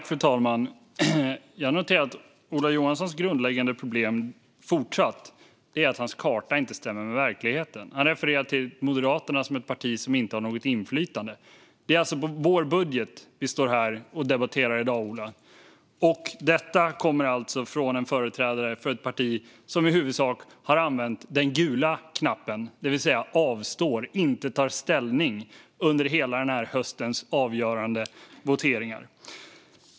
Fru talman! Jag noterar att Ola Johanssons grundläggande problem fortsatt är att hans karta inte stämmer med verkligheten. Han refererar till Moderaterna som ett parti som inte har något inflytande, men det är ju vår budget som vi står här och debatterar i dag, Ola Johansson. Detta kommer alltså från en företrädare för ett parti som i huvudsak har använt den gula knappen, det vill säga att avstå, att inte ta ställning, under hela den här höstens avgörande voteringar.